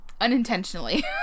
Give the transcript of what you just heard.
unintentionally